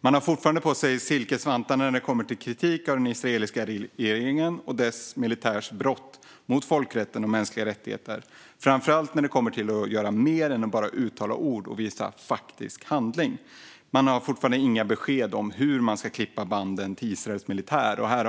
Man har fortfarande på sig silkesvantarna när det kommer till kritik av den israeliska regeringen och dess militärs brott mot folkrätten och mänskliga rättigheter, framför allt när det gäller att göra mer än att bara uttala ord och i stället visa faktisk handling. Man har fortfarande inga besked om hur man ska klippa banden till Israels militär.